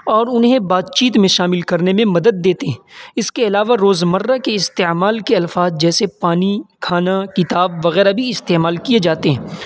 اور انہیں بات چیت میں شامل ہونے میں مدد دیتے ہیں اس کے علاوہ روزمرہ کے استعمال کے الفاظ جیسے پانی کھانا کتاب وغیرہ بھی استعمال کیے جاتے ہیں